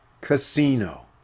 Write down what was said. casino